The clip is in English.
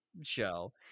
show